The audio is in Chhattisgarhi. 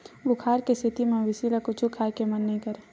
बुखार के सेती मवेशी ल कुछु खाए के मन नइ करय